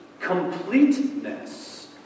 completeness